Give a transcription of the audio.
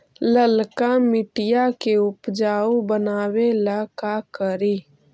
लालका मिट्टियां के उपजाऊ बनावे ला का करी?